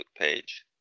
page